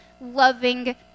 loving